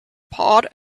pod